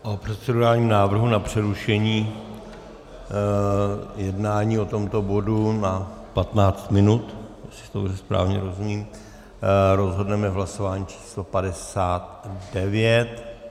O procedurálním návrhu na přerušení jednání o tomto bodu na patnáct minut, jestli tomu správně rozumím, rozhodneme v hlasování číslo 59.